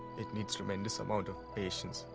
it needs tremendous amount of patience.